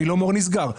מילומור נסגר,